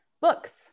Books